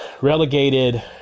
relegated